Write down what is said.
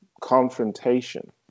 confrontation